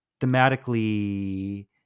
thematically